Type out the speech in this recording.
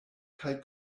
kaj